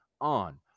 on